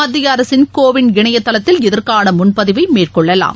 மத்தியஅரசின் கோவின் இணையதளத்தில் இதற்கானமுன்பதிவைமேற்கொள்ளலாம்